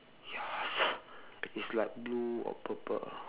ya it's like blue or purple